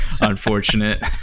unfortunate